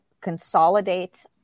consolidate